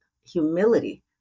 humility